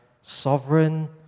sovereign